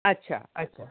अच्छा अच्छा